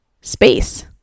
space